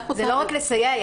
זה לא רק לסייע.